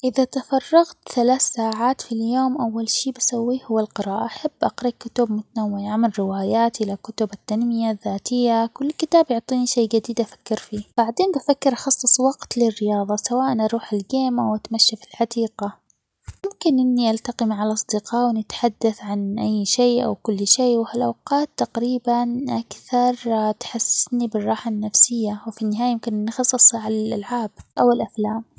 إذا تفرغت لمدة ثلاث ساعات في اليوم أول شي أسويه هو القراءة، أحب أقرأ كتب متنوعة من روايات إلى كتب التنمية الذاتية كل كتاب يعطيني شي جديد أفكر فيه، بعدين بفكر أخصص وقت للرياضة سواءً أروح الجيم أو أتمشى في الحديقة، ممكن إني ألتقي مع الأصدقاء ونتحدث عن أي شي أو كل شي وهالأوقات تقريباً أكثر تحسسني بالراحة النفسية وفي النهاية يمكن نخصص ساعة للألعاب أو الأفلام.